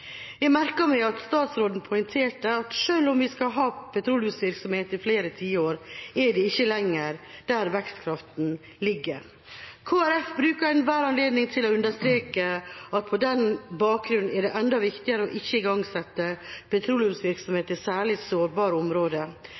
Jeg merket meg at statsråden poengterte at selv om vi skal ha petroleumsvirksomhet i flere tiår ennå, er det ikke lenger der vekstkraften ligger. Kristelig Folkeparti bruker enhver anledning til å understreke at på den bakgrunnen er det enda viktigere ikke å igangsette petroleumsvirksomhet i særlig sårbare